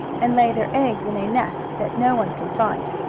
and lay their eggs in a nest that no one can find.